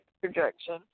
projection